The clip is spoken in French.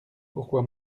pourquoi